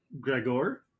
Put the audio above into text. Gregor